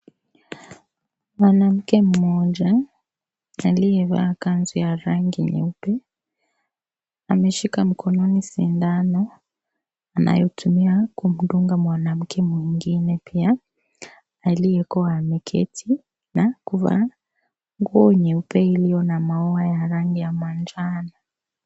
Mwanamke mmoja aliyevaa kanzu ya rangi nyeupa. ameshika mkononi sindano anayotumia kumdunga mwanamke mwingine. Pia aliyekuwa ameketi na kuvaa nguo nyeupe iliyo na maua ya rangi ya manjano.